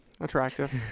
attractive